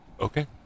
Okay